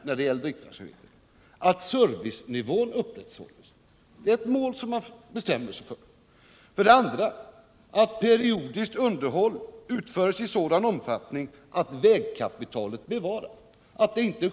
När det gäller byggnadsverksamheten är dessa mål att servicenivån upprätthålls och att periodiskt underhåll utförs i sådan omfattning att vägkapitalet bevaras.